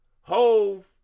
Hove